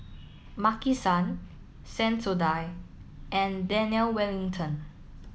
Maki San Sensodyne and Daniel Wellington